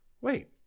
wait